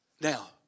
Now